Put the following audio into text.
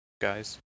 guys